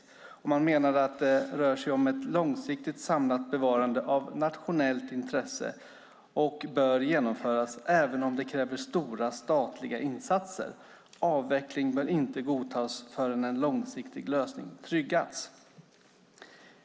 Man menade att det rör sig om ett långsiktigt samlat bevarande av nationellt intresse och bör genomföras även om det kräver stora statliga insatser samt att avveckling inte bör godtas förrän en långsiktig lösning tryggats.